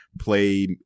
play